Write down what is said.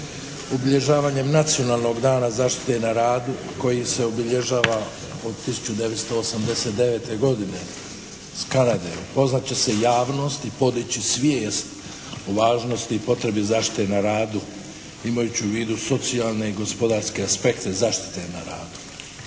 Obilježavanjem Nacionalnog dana zaštite na radu koji se obilježava od 1989. godine iz Kanade upoznat će se javnost i podići svijest o važnosti i potrebi zaštite na radu imajući u vidu socijalne i gospodarske aspekte zaštite na radu.